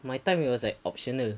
my time it was like optional